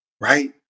right